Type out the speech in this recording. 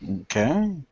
Okay